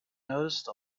noticed